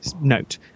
note